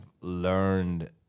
learned